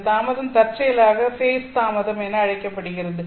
இந்த தாமதம் தற்செயலாக ஃபேஸ் தாமதம் என அழைக்கப்படுகிறது